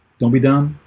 don't be done